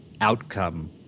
outcome